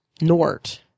Nort